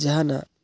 ᱡᱟᱦᱟᱱᱟᱜ